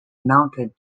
mounted